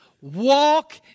walk